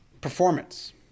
performance